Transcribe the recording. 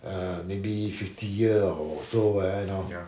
uh maybe fifty year or so uh you know